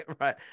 right